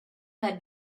had